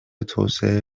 توسعه